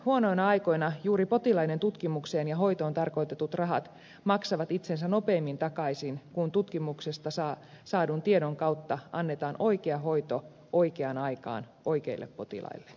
huonoina aikoina juuri potilaiden tutkimukseen ja hoitoon tarkoitetut rahat maksavat itsensä nopeimmin takaisin kun tutkimuksesta saadun tiedon kautta annetaan oikea hoito oikeaan aikaan oikeille potilaille